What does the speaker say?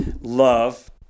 love